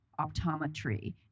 optometry